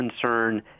concern